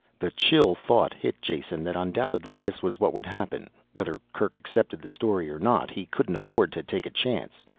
the chill thought hit jason that undoubtedly this was what would happen. whether kerk accepted the story or not he couldn't afford to take a chance.